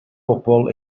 bobol